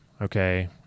okay